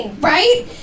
right